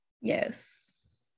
Yes